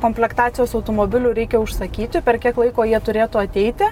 komplektacijos automobilių reikia užsakyti per kiek laiko jie turėtų ateiti